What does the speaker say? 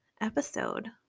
episode